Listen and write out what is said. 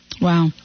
Wow